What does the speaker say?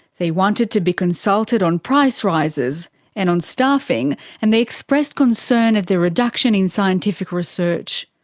they wanted to be consulted on price rises and on staffing and they expressed concern at the reduction in scientific research.